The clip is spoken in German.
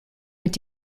mit